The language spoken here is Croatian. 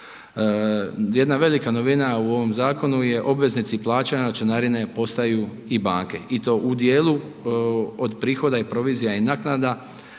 Jedna velika novina u ovom zakonu je, obveznici plaćanja članarine postaju i banke i to u dijelu od prihoda i provizija i naknada